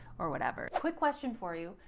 or whatever. quick question for you.